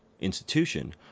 institution